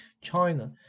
China